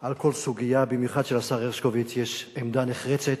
על כל סוגיה, במיוחד שלשר הרשקוביץ יש עמדה נחרצת.